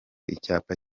icyaba